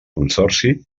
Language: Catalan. consorci